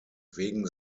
wegen